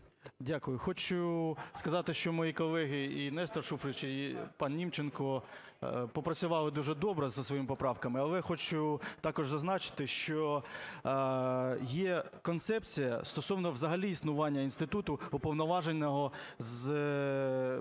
Дякую. Хочу сказати, що мої колеги: і Нестор Шуфрич, і панНімченко – попрацювали дуже добре зі своїми поправками. Але хочу також зазначити, що є концепція стосовно взагалі існування інституту Уповноваженого із державної